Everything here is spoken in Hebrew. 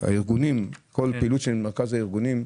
פעילות מרכז הארגונים,